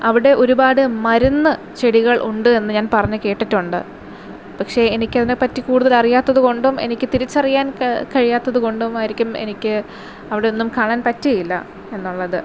അവിടെ ഒരുപാട് മരുന്ന് ചെടികൾ ഉണ്ട് എന്ന് ഞാൻ പറഞ്ഞു കേട്ടിട്ടുണ്ട് പക്ഷേ എനിക്ക് അതിനെ പറ്റി കൂടുതൽ അറിയാത്തതു കൊണ്ടും എനിക്ക് തിരിച്ചറിയാൻ കഴിയാത്തതു കൊണ്ടും ആയിരിക്കും എനിക്ക് അവിടെ ഒന്നും കാണാൻ പറ്റിയില്ല എന്നുള്ളത്